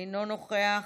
אינו נוכח.